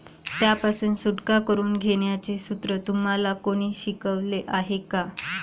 त्यापासून सुटका करून घेण्याचे सूत्र तुम्हाला कोणी शिकवले आहे का?